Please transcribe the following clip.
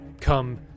come